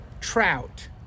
trout